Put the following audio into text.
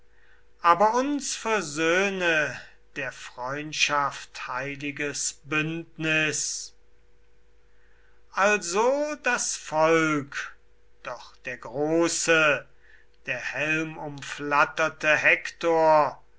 aber uns versöhne der freundschaft heiliges bündnis also das volk doch der große der helmumflatterte hektor